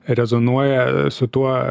rezonuoja su tuo